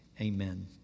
Amen